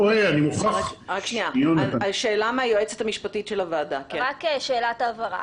שאלת הבהרה.